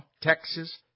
Texas